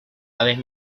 aves